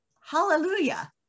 hallelujah